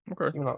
Okay